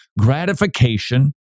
gratification